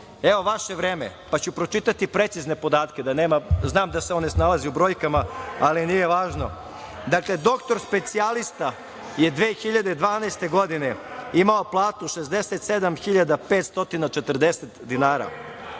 Evo vaše vreme, pa ću pročitati precizne podatke, znam da se on ne snalazi u brojkama, ali nije važno. Dakle, doktor specijalista je 2012. godine imao platu 67.540 dinara,